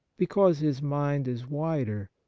because his mind is wider,